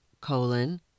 colon